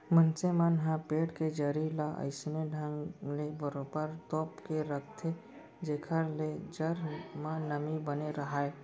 मनसे मन ह पेड़ के जरी ल अइसने ढंग ले बरोबर तोप के राखथे जेखर ले जर म नमी बने राहय